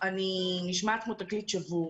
אני נשמעת כמו תקליט שבור.